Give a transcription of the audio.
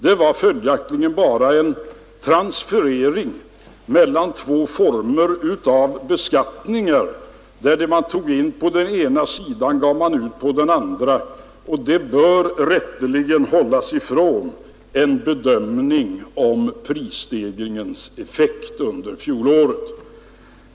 Där var det följaktligen bara en transferering mellan två former av beskattning; vad man tog in på den ena sidan gav man ut på den andra. Detta bör rätteligen hållas ifrån en bedömning om prisstegringens effekt under fjolåret.